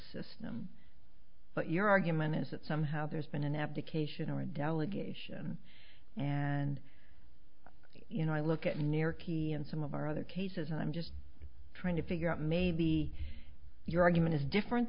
system but your argument is that somehow there's been an abdication or a delegation and you know i look at near key in some of our other cases and i'm just trying to figure out maybe your argument is different